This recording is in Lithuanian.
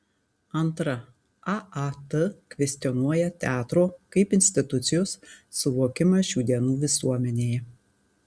antra aat kvestionuoja teatro kaip institucijos suvokimą šių dienų visuomenėje